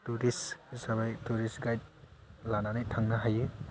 tourist हिसाबै tourist guide लानो हायो